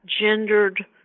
gendered